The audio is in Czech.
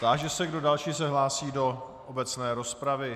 Táži se, kdo další se hlásí do obecné rozpravy.